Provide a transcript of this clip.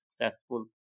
successful